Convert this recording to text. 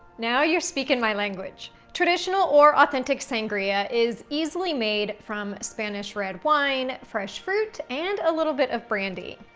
now you're speaking my language. traditional or authentic sangria is easily made from spanish red wine, fresh fruit, and a little bit of brandy.